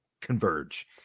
converge